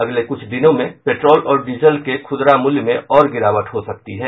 अगले कुछ दिनों में पेट्रोल और डीजल के खुदरा मूल्य में और गिरावट हो सकती है